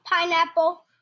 Pineapple